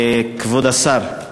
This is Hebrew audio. כבוד השר,